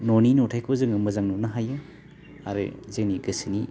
न'नि नुथाइखौ जोङो मोजां नुनो हायो आरो जोंनि गोसोनि